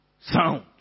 sound